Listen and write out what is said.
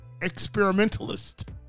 experimentalist